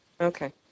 Okay